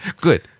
good